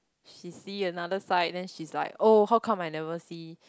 she see another side then she's like oh how come I never see